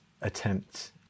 attempt